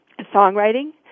songwriting